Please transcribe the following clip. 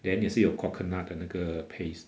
then 也是有 coconut 的那个 paste